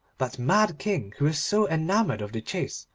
that mad king who was so enamoured of the chase,